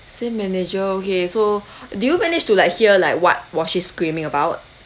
same manager okay so did you manage to like hear like what was she screaming about